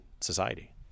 society